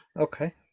Okay